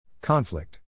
Conflict